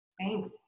Thanks